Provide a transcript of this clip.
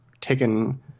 taken